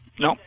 No